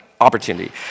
opportunity